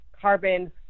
carbon